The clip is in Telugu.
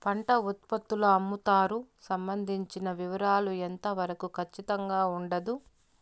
పంట ఉత్పత్తుల అమ్ముతారు సంబంధించిన వివరాలు ఎంత వరకు ఖచ్చితంగా ఉండదు?